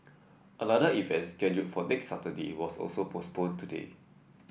another event scheduled for next Saturday was also postponed today